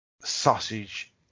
sausage